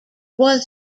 was